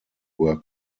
were